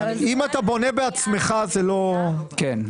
אם אתה בונה בעצמך, זה לא רלוונטי.